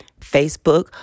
Facebook